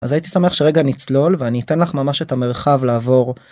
אז הייתי שמח שרגע נצלול, ואני אתן לך ממש את המרחב לעבור.